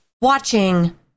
watching